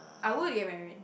I would get married